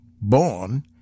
born